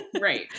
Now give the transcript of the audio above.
Right